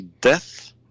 Death